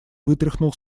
вытряхнул